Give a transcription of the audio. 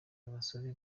basore